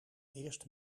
eerst